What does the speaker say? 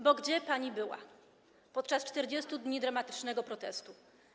Bo gdzie pani była podczas 40 dni dramatycznego protestu?